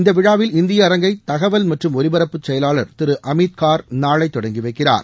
இந்த விழாவில் இந்திய அரங்கை தகவல் மற்றும் ஒவிபரப்புத்துறை செயலாளார் திரு அமீத்கார் நாளை தொடங்கி வைக்கிறார்